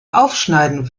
aufschneiden